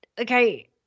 Okay